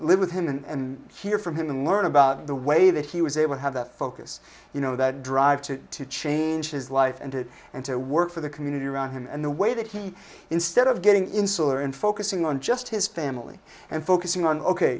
live with him and hear from him and learn about the way that he was able to have that focus you know that drive to change his life and to and to work for the community around him and the way that he instead of getting insular and focusing on just his family and focusing on ok